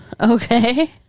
okay